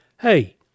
Hey